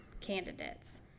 candidates